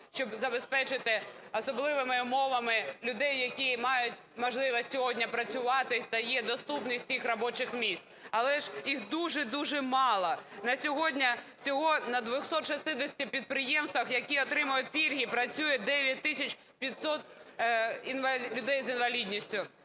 щоб забезпечити особливими умовами людей, які мають можливість сьогодні працювати та є доступність їх робочих місць, але ж їх дуже-дуже мало. На сьогодні всього на 265 підприємствах, які отримують пільги, працює 9 тисяч 500 людей з інвалідністю.